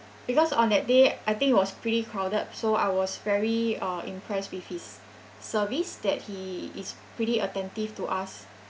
because on that day I think it was pretty crowded so I was very uh impressed with his service that he is pretty attentive to us